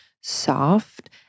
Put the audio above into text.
soft